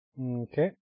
Okay